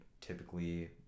typically